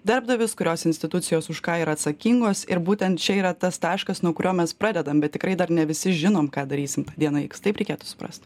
darbdavius kurios institucijos už ką yra atsakingos ir būtent čia yra tas taškas nuo kurio mes pradedam bet tikrai dar ne visi žinom ką darysim tą dieną iks taip reikėtų suprast